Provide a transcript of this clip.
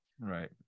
Right